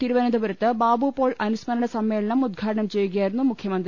തിരുവനന്തപുരത്ത് ബാബു പോൾ അനുസ്മരണ സമ്മേളനം ഉദ്ഘാടനം ചെയ്യുകയാ യിരുന്നു മുഖ്യമന്ത്രി